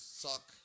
suck